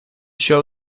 show